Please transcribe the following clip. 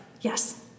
Yes